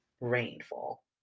rainfall